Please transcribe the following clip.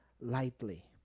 lightly